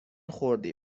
خوردی